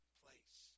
place